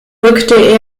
rückte